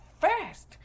fast